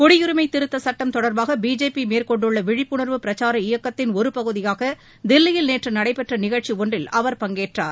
குடியரிமை திருத்தச்சுட்டம் தொடர்பாக பிஜேபி மேற்கொண்டுள்ள விழிப்புணர்வு பிரச்சார இயக்கத்தின் ஒரு பகுதியாக தில்லியில் நேற்று நடைபெற்ற நிகழ்ச்சி ஒன்றில் அவர் பங்கேற்றார்